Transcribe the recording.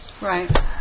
Right